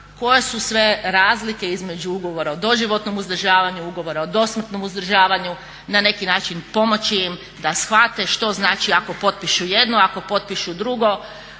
koje su sve razlike između ugovora o doživotnom uzdržavanju, ugovora o dosmrtnom uzdržavanju na neki način pomoći im da shvate što znači ako potpišu jedno, ako potpišu dugo,